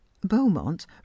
beaumont